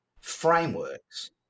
frameworks